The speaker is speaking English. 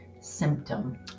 symptom